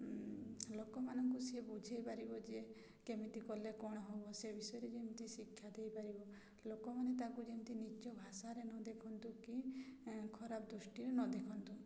ଲୋକମାନଙ୍କୁ ସିଏ ବୁଝେଇ ପାରିବ ଯେ କେମିତି କଲେ କଣ ହେବ ସେ ବିଷୟରେ ଯେମିତି ଶିକ୍ଷା ଦେଇପାରିବ ଲୋକମାନେ ତାକୁ ଯେମିତି ନିଚ୍ଚ ଭାଷାରେ ନ ଦେଖନ୍ତୁ କି ଖରାପ ଦୃଷ୍ଟିରେ ନ ଦେଖନ୍ତୁ